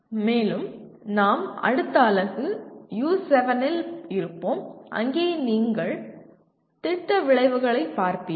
மேலும் நாம் அடுத்த அலகு U7 இல் இருப்போம் அங்கே நீங்கள் திட்ட விளைவுகளைப் பார்ப்பீர்கள்